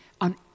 on